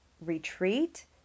Retreat